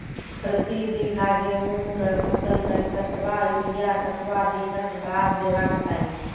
प्रति बीघा गेहूँमक फसल मे कतबा यूरिया कतवा दिनऽक बाद देवाक चाही?